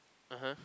(uh huh)